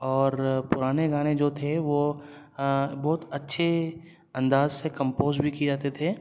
اور پرانے گانے جو تھے وہ بہت اچھے انداز سے کمپوز بھی کئے جاتے تھے